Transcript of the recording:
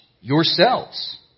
yourselves